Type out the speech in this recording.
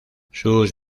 sus